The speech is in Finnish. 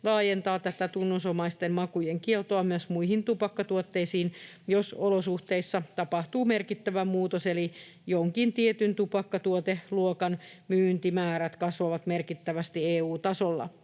laajentaa tätä tunnusomaisten makujen kieltoa myös muihin tupakkatuotteisiin, jos olosuhteissa tapahtuu merkittävä muutos, eli jonkin tietyn tupakkatuoteluokan myyntimäärät kasvavat merkittävästi EU-tasolla.